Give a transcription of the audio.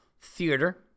Theater